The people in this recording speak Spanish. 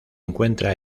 encuentra